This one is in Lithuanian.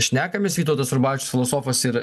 šnekamės vytautas rubavičius filosofas ir